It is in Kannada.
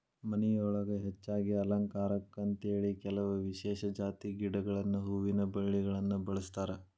ಮನಿಯೊಳಗ ಹೆಚ್ಚಾಗಿ ಅಲಂಕಾರಕ್ಕಂತೇಳಿ ಕೆಲವ ವಿಶೇಷ ಜಾತಿ ಗಿಡಗಳನ್ನ ಹೂವಿನ ಬಳ್ಳಿಗಳನ್ನ ಬೆಳಸ್ತಾರ